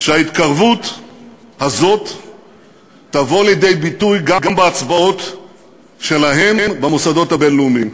שההתקרבות הזאת תבוא לידי ביטוי גם בהצבעות שלהם במוסדות הבין-לאומיים.